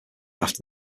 after